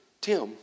Tim